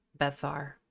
Bethar